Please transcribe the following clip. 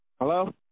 Hello